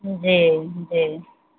जी जी